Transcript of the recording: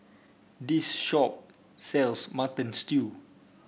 this shop sells Mutton Stew